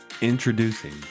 Introducing